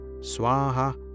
Swaha